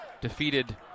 defeated